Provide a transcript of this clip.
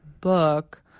book